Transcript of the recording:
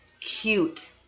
cute